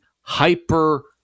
hyper-